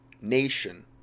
nation